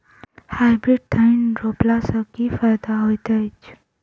Hybrid धान रोपला सँ की फायदा होइत अछि?